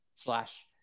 slash